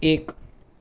એક